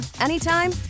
anytime